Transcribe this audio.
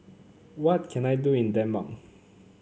what can I do in Denmark